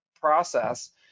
process